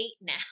now